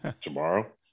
tomorrow